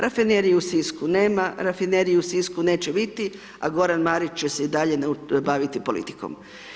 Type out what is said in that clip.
Rafinerije u Sisku nema, rafinerije u Sisku neće biti, a Goran Marić će se i dalje baviti politikom.